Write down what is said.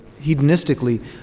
hedonistically